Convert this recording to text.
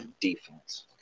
defense